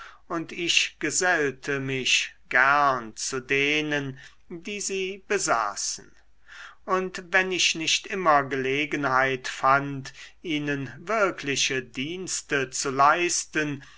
und ich gesellte mich gern zu denen die sie besaßen und wenn ich nicht immer gelegenheit fand ihnen wirkliche dienste zu leisten